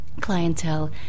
clientele